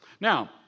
Now